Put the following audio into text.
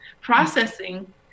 Processing